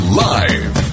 live